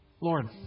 Lord